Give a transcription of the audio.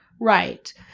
Right